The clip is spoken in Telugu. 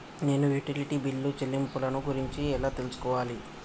నేను యుటిలిటీ బిల్లు చెల్లింపులను గురించి ఎలా తెలుసుకోవాలి?